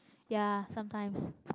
ya sometimes